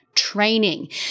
Training